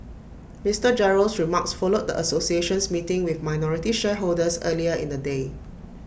Mister Gerald's remarks followed the association's meeting with minority shareholders earlier in the day